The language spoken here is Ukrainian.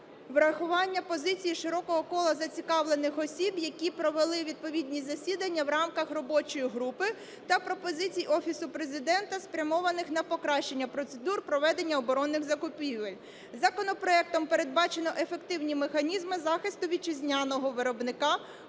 врахування позиції широкого кола зацікавлених осіб, які провели відповідні засідання в рамках робочої групи, та пропозицій Офісу Президента, спрямованих на покращення процедур проведення оборонних закупівель. Законопроектом передбачено ефективні механізми захисту вітчизняного виробника,